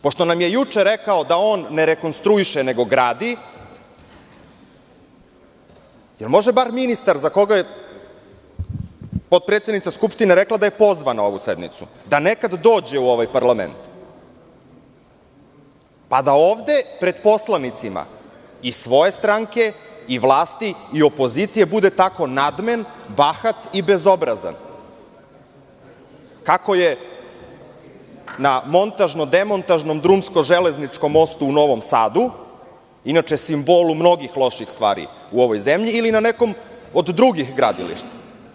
Pošto nam je juče rekao da on ne rekonstruiše nego gradi, da li može bar ministar za koga je potpredsednica Skupštine rekla da je pozvan na ovu sednicu, da nekad dođe u ovaj parlament, pa da ovde pred poslanicima i svoje stranke i vlasti i opozicije bude tako nadmen, bahat i bezobrazan kako je na montažno demontažnom drumsko-železničkom mostu u Novom Sadu, inače simbolu mnogih loših stvari u ovoj zemlji ili na nekom od drugih gradilišta.